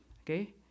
Okay